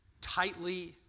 tightly